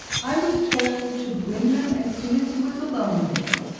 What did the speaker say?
i was told to bring them as soon as you was alone, miss.